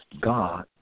God